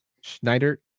Schneider